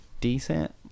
decent